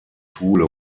schule